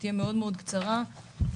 שתהיה קצרה מאוד,